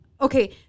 Okay